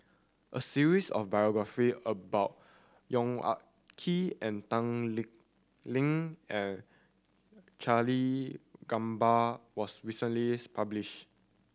a series of biographies about Yong Ah Kee and Tan Lee Leng and Charlie Gamba was recently published